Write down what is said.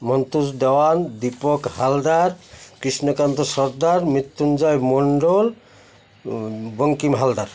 Mantush Dewan Deepak Haldar Krishnakanta Sardar Mrityunjay Mandal Bankim Haldar